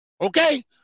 okay